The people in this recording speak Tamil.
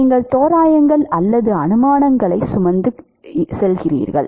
நீங்கள் தோராயங்கள் அல்லது அனுமானங்களைச் சுமத்துகிறீர்கள்